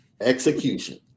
execution